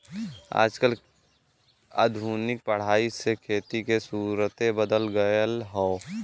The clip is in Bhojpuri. आजकल के आधुनिक पढ़ाई से खेती के सुउरते बदल गएल ह